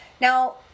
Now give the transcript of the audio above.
Now